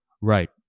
Right